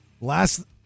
last